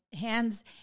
hands